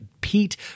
Pete